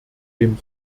dem